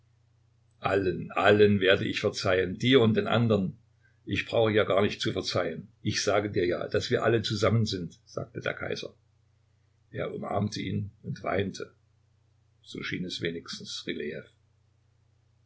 allen allen werde ich verzeihen dir und den andern ich brauche ja gar nicht zu verzeihen ich sage dir ja daß wir alle zusammen sind sagte der kaiser er umarmte ihn und weinte so schien es wenigstens